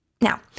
Now